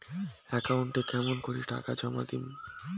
একাউন্টে কেমন করি টাকা জমা দিম?